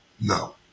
no